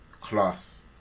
class